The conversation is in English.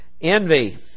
Envy